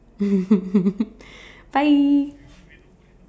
bye